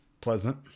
pleasant